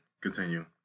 continue